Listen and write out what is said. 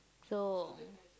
so